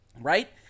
right